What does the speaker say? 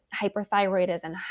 hyperthyroidism